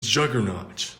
juggernaut